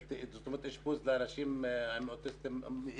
זאת אומרת אשפוז לאנשים עם אוטיזם.